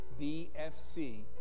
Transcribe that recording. BFC